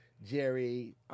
Jerry